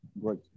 Great